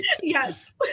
Yes